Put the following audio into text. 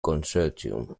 consortium